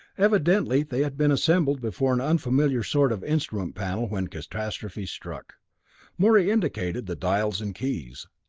evidently they had been assembled before an unfamiliar sort of instrument panel when catastrophe struck morey indicated the dials and keys.